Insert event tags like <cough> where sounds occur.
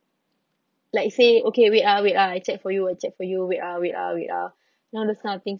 like say okay wait ah wait ah I check for you I check for you wait ah wait ah wait ah <breath> all those kind of things